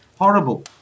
Horrible